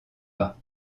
pas